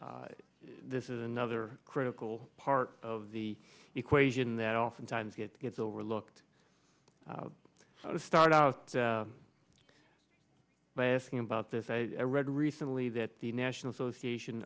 this is another critical part of the equation that oftentimes gets gets overlooked so to start out by asking about this i read recently that the national association